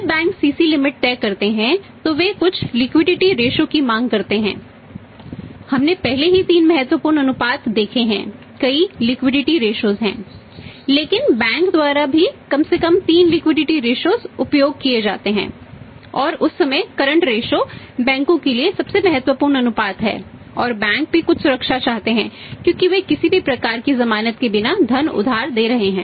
जब bank CC बैंकों के लिए सबसे महत्वपूर्ण अनुपात है और बैंक भी कुछ सुरक्षा चाहते हैं क्योंकि वे किसी भी प्रकार की जमानत के बिना धन उधार दे रहे हैं